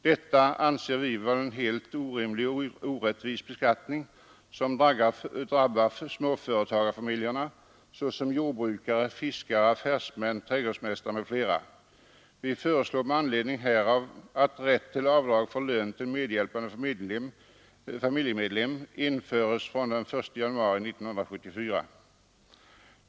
Detta anser vi vara en helt orimlig och orättvis beskattning, som drabbar småföretagarfamiljerna, såsom jordbrukare, fiskare, affärsmän, trädgårdsmästare m.fl. Vi föreslår med anledning härav att rätt till avdrag för lön till medhjälpande familjemedlem införes från den 1 januari 1974.